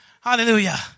Hallelujah